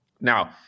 Now